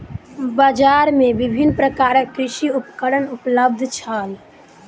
बजार में विभिन्न प्रकारक कृषि उपकरण उपलब्ध छल